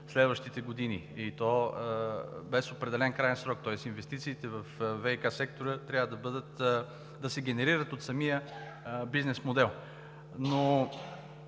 следващите години, и то без определен краен срок, тоест инвестициите във ВиК сектора трябва да се генерират от самия бизнес модел.